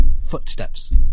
footsteps